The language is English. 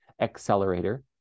Accelerator